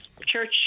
church